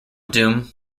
doom